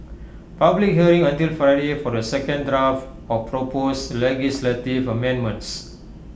public hearing until Friday for the second draft of proposed legislative amendments